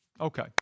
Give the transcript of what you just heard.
Okay